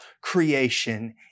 creation